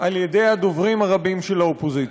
על-ידי הדוברים הרבים של האופוזיציה.